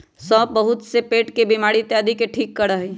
सौंफ बहुत से पेट के बीमारी इत्यादि के ठीक करा हई